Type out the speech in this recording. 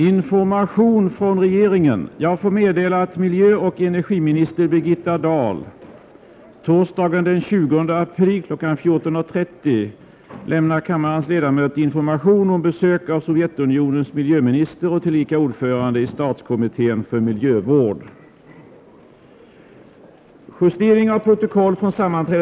Jag får meddela att miljöoch energiminister Birgitta Dahl torsdagen den 20 april kl. 14.30 lämnar kammarens ledamöter information om besök av Sovjetunionens miljöminister, tillika ordförande i statskommittén för miljövård.